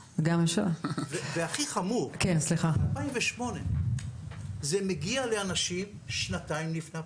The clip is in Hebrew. והכי חמור שבשנת 2008 זה מגיע לאנשים כשנתיים לפני הפרישה,